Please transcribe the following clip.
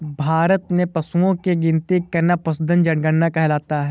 भारत में पशुओं की गिनती करना पशुधन जनगणना कहलाता है